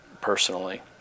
personally